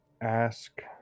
ask